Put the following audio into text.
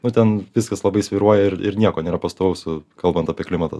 nu ten viskas labai svyruoja ir ir nieko nėra pastovaus kalbant apie klimatą